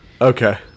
Okay